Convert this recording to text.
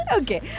Okay